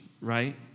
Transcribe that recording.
right